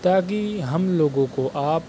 تاکہ ہم لوگوں کو آپ